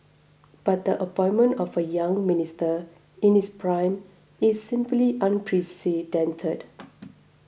but the appointment of a young Minister in his prime is simply unprecedented